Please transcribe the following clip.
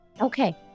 Okay